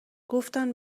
گفتن